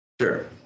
Sure